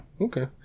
Okay